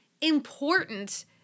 important